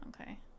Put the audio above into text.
okay